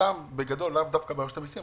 לאו דווקא ברשות המיסים,